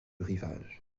rivage